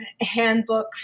handbook